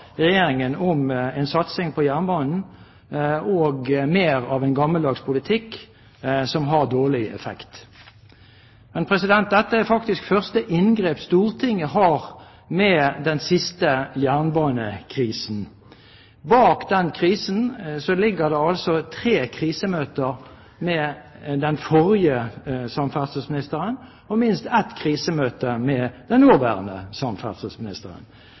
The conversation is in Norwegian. Regjeringen om en satsing på jernbanen og mer av en gammeldags politikk som har dårlig effekt. Dette er faktisk første inngrep Stortinget har med den siste jernbanekrisen. Bak den krisen ligger det tre krisemøter med den forrige samferdselsministeren og minst ett krisemøte med den nåværende samferdselsministeren.